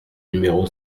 numéro